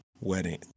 wedding